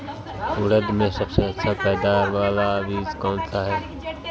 उड़द में सबसे अच्छा पैदावार वाला बीज कौन सा है?